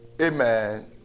Amen